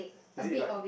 is it like